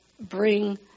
bring